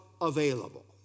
available